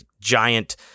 giant